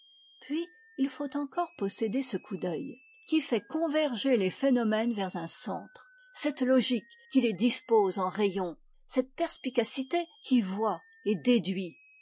puis il faut encore posséder ce coup d'œil qui fait converger les phénomènes vers un centre cette logique qui les dispose en rayons cette perspicacité qui voit et déduit